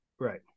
Right